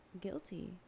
guilty